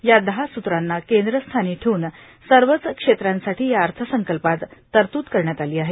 या दहा स्त्रांना केंद्रस्थानी ठेऊन सर्वच क्षेत्रांसाठी या अर्थसंकल्पात तरत्द करण्यात आली आहे